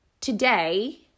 today